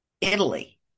Italy